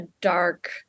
dark